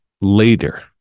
later